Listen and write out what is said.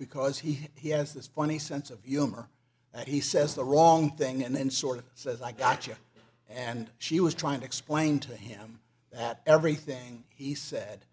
because he he has this point a sense of humor and he says the wrong thing and then sort of says i gotcha and she was trying to explain to him that everything he said